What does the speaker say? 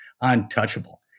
untouchable